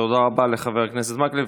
תודה רבה לחבר הכנסת מקלב.